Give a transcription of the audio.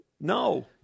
No